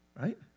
Right